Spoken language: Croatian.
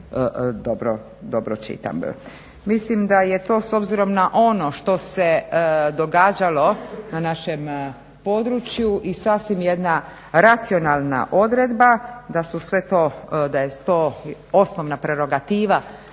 dobro čitam. Mislim da je to s obzirom na ono što se događalo na našem području i sasvim jedna racionalna odredba da su sve to, da je to osnovna prerogativa